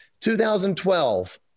2012